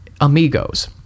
amigos